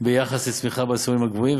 ביחס לצמיחה בעשירונים גבוהים,